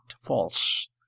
false